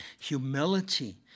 Humility